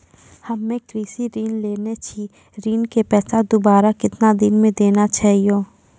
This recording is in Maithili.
हम्मे कृषि ऋण लेने छी ऋण के पैसा दोबारा कितना दिन मे देना छै यो?